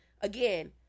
again